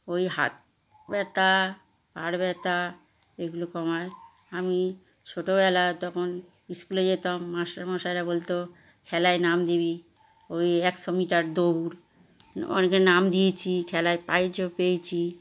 ওই হাত ব্যথা ঘাড় ব্যথা এগুলো কমায় আমি ছোটোবেলা তখন স্কুলে যেতাম মাস্টারমশাইরা বলতো খেলায় নাম দিবি ওই একশো মিটার দৌড় অনেকে নাম দিয়েছি খেলায় প্রাইজও পেয়েছি